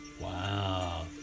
wow